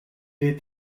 est